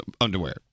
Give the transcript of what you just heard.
underwear